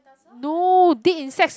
no dead insects